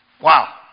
wow